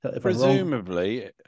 Presumably